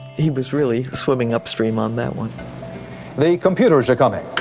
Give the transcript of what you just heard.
he was really swimming upstream on that one the computers are coming.